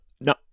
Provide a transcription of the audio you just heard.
no